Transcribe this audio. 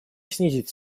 снизить